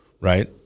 right